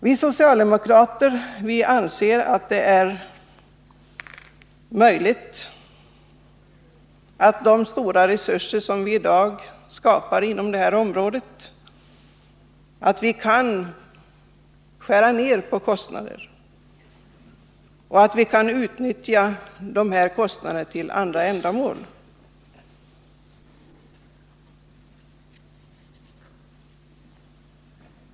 Vi socialdemokrater anser att det är möjligt att skära ned kostnaderna på det här området och utnyttja de stora resurser som vi i dag lägger ned här till andra ändamål.